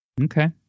Okay